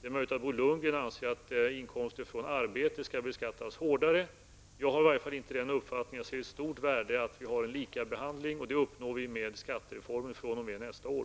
Det är möjligt att Bo Lundgren anser att inkomster av arbete skall beskattas hårdare. Jag har i varje fall inte den uppfattningen. Jag ser ett stort värde i att vi har likabehandling, och det uppnår vi med skattereformen fr.o.m. nästa år.